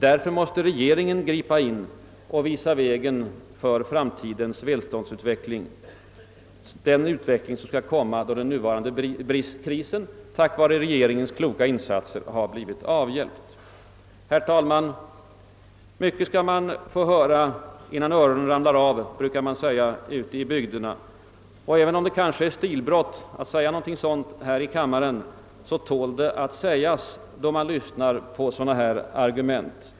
Därför måste regeringen gripa in och visa vägen för framtidens välståndsutveckling, alltså den utveckling som skall komma när den nuvarande krisen tack vare regeringens insatser har blivit avhjälpt. Herr talman! Mycket skall man få höra innan Öronen ramlar av, brukar man säga ute i bygderna. även om det kanske är stilbrott att säga något sådant här i kammaren, tål det nog ändå att sägas när man lyssnar till sådana argument.